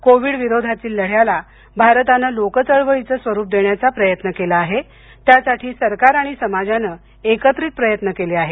Covid विरोधातील लढ्याला भारताने लोकचळवळीचे स्वरूप देण्याचा प्रयत्न केला आहे त्यासाठी सरकार आणि समाजाने एकत्रित प्रयत्न केले आहेत